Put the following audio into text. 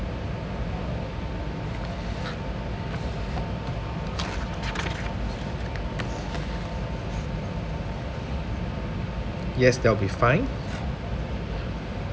yes that will be fine